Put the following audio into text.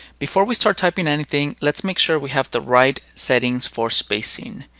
before we start typing anything, let's make sure we have the right settings for spacing.